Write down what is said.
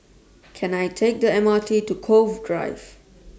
Can I Take The M R T to Cove Drive